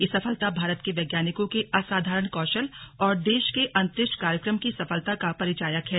यह सफलता भारत के वैज्ञानिकों के असाधारण कौशल और देश के अंतरिक्ष कार्यक्रम की सफलता का परिचायक है